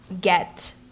get